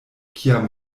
kiam